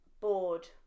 bored